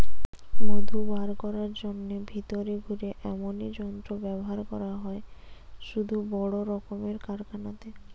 মধু বার কোরার জন্যে ভিতরে ঘুরে এমনি যন্ত্র ব্যাভার করা হয় শুধু বড় রক্মের কারখানাতে